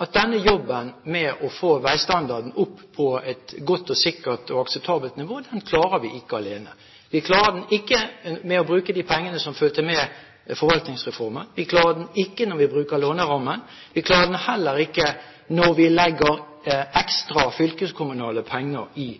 at denne jobben med å få veistandarden opp på et godt og sikkert og akseptabelt nivå klarer vi ikke alene. Vi klarer den ikke ved å bruke de pengene som fulgte med forvaltningsreformen, vi klarer den ikke når vi bruker lånerammen, og vi klarer den heller ikke når vi legger ekstra fylkeskommunale penger i